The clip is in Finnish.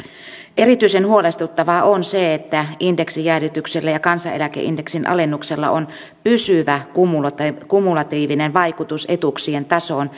erityisen huolestuttavaa on se että indeksijäädytyksellä ja kansaneläkeindeksin alennuksella on pysyvä kumulatiivinen kumulatiivinen vaikutus etuuksien tasoon